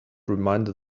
reminded